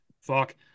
Fuck